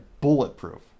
bulletproof